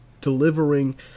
delivering